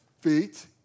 feet